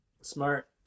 Smart